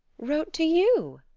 wrote to you?